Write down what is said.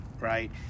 right